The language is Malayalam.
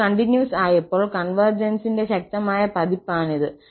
𝑓 കണ്ടിന്യൂസ് ആയപ്പോൾ കോൺവെർജന്സിന്റെ ശക്തമായ പതിപ്പാണിത്